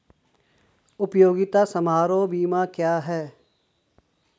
उपयोगिता समारोह बीमा क्या है?